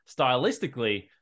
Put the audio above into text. stylistically